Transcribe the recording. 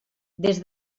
des